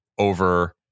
over